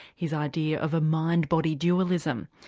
his idea of a mind-body dualism.